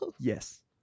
yes